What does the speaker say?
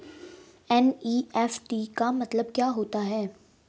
NEFT का मतलब क्या होता है?